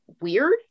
weird